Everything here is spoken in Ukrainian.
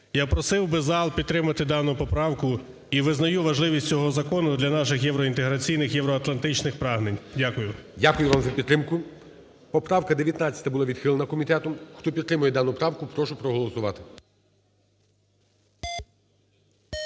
Я просив би зал підтримати дану поправку і визнаю важливість цього закону для наших євроінтеграційних, євроатлантичних прагнень. Дякую. ГОЛОВУЮЧИЙ. Дякую вам за підтримку. Поправка 19-а була відхилена комітетом. Хто підтримує дану правку, прошу проголосувати.